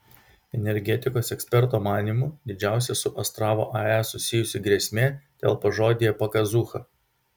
energetikos eksperto manymu didžiausia su astravo ae susijusi grėsmė telpa žodyje pakazūcha